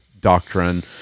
doctrine